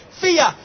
fear